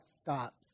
stops